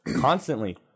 constantly